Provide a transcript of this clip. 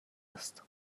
است